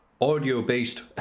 audio-based